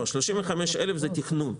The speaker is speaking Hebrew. לא, 35,000 זה תכנון.